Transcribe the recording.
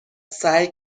سعی